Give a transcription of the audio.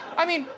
i mean,